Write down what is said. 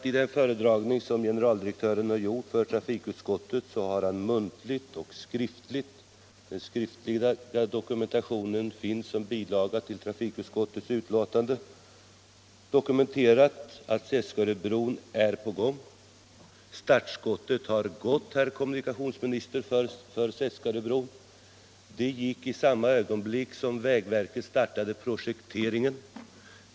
I den föredragning generaldirektören har gjort för trafikutskottet har han nämligen muntligen och skriftligen — den skriftliga dokumentationen finns som bilaga till trafikutskottets betänkande — dokumenterat att Seskaröbron är på gång. Startskottet har gått, herr kommunikationsminister, för Seskaröbron. Det gick i samma ögonblick som vägverket startade projekteringen.